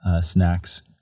snacks